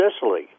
Sicily